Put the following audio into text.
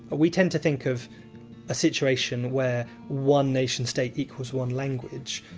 ah we tend to think of a situation where one nation state equals one language,